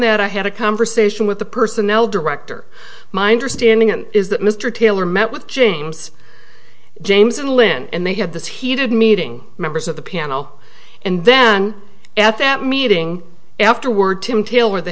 that i had a conversation with the personnel director minder standing in is that mr taylor met with james james and lynn and they had this heated meeting members of the piano and then at that meeting afterward tim taylor the